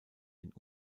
den